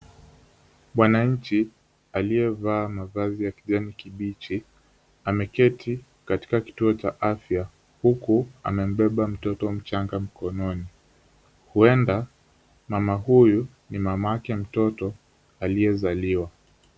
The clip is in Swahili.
Mwananchi aliyevaa mavazi ya kijani kibichi , ameketi katika kituo cha afya huku amembeba mtoto mchanga mkononi, huenda mama huyu ni mamake mtoto aliyezaliwa.